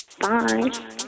Bye